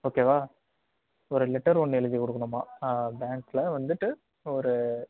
ஓகேவா ஒரு லெட்டர் ஒன்று எழுதிக் கொடுக்குணும்மா பேங்க்கில் வந்துவிட்டு ஒரு